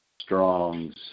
Strong's